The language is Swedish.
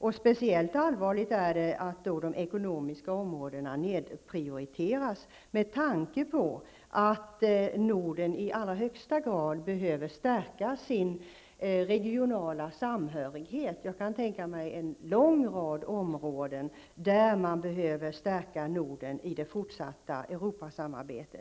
Att de ekonomiska områdena nedprioriteras är speciellt allvarligt med tanke på att Norden i allra högsta grad behöver stärka sin regionala samhörighet. Jag kan tänka mig en lång rad områden där man behöver stärka Norden i det fortsatta Europasamarbetet.